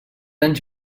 anys